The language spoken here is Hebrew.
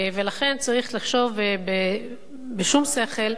ולכן צריך לחשוב בשום שכל,